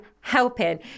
helping